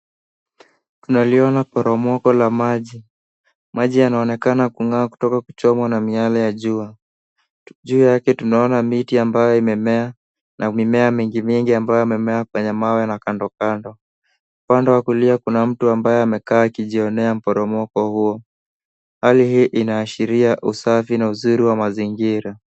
Tunaliona poromoko la maji. Maji yanaonekana kung'aa kutoka kuchomwa na miale ya jua. Juu yake tunaona miti ambayo imemea na mimea mingimingi ambayo yamemea kwenye mawe na kandokando. Upande wa kulia kuna mtu ambaye amekaa akijionea mporomoko huo. Hali hii inaashira usafi na uzuri wa mazingira.